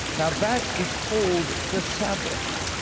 now that is called the sabbath,